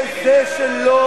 לזה שלא